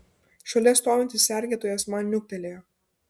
šalia stovintis sergėtojas man niuktelėjo